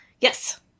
Yes